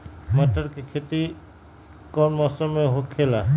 मटर के खेती कौन मौसम में होखेला?